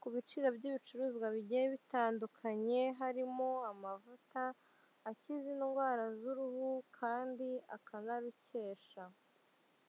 ku biciro by'ibicuruzwa bigiye bitandukanye harimo amavuta akiza indwara z'uruhu kandi akanarukesha.